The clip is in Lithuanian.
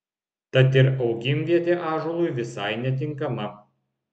tad ir augimvietė ąžuolui visai netinkama